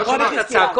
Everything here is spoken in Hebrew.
לא שמעת את הצעקות.